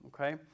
okay